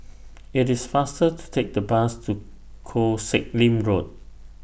IT IS faster to Take The Bus to Koh Sek Lim Road